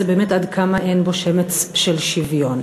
זה באמת עד כמה אין בו שמץ של שוויון.